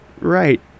right